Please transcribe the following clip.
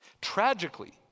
Tragically